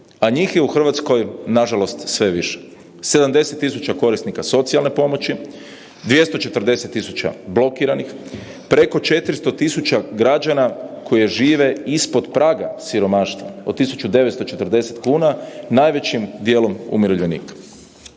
a njih je u Hrvatskoj nažalost sve više. 70.000 korisnika socijalne pomoći, 240.000 blokiranih, preko 400.000 građana koji žive ispod praga siromaštva od 1.940 kuna, najvećim dijelom umirovljenika.